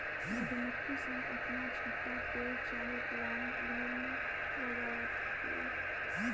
मधुमक्खी सन अपन छत्ता पेड़ चाहे पुरान घर में लगावत होई